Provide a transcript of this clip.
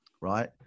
right